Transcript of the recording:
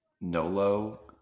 Nolo